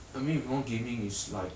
I mean if you want gaming is like